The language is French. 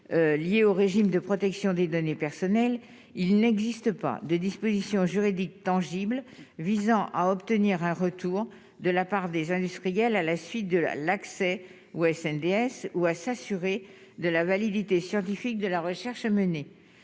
liées au régime de protection des données personnelles, il n'existe pas des dispositions juridiques tangible visant à obtenir un retour de la part des industriels, à la suite de la l'accès ou FNDS, ou à s'assurer de la validité scientifique de la recherche menée,